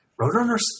Roadrunners